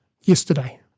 yesterday